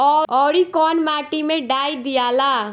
औवरी कौन माटी मे डाई दियाला?